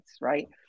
right